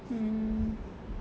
mm